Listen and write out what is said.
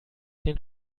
den